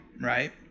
right